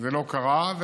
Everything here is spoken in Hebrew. ולא קרה.